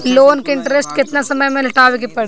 Loan के interest केतना समय में लौटावे के पड़ी?